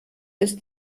ist